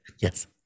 yes